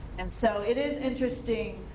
and so it is interesting.